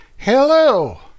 Hello